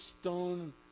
stone